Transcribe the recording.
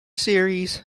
series